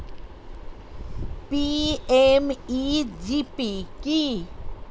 PMEGP কি?